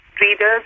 readers